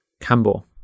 Campbell